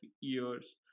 years